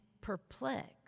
perplexed